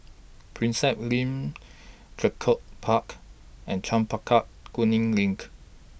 Prinsep LINK Draycott Park and Chempaka Kuning LINK